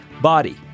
body